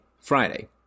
Friday